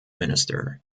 minister